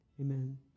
Amen